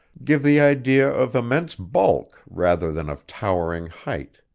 give the idea of immense bulk rather than of towering height.